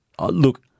look